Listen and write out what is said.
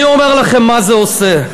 אני אומר לכם מה זה עושה: